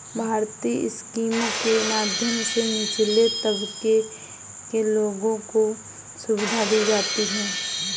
भारतीय स्कीमों के माध्यम से निचले तबके के लोगों को सुविधा दी जाती है